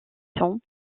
façon